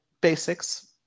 basics